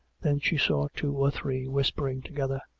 then she saw two or three whispering together,